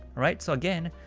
alright, so again,